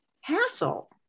hassle